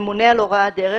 ממונה על הוראת דרך,